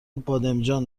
بادمجان